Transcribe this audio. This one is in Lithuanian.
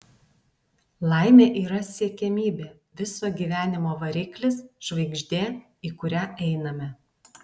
laimė yra siekiamybė viso gyvenimo variklis žvaigždė į kurią einame